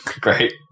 great